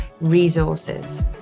resources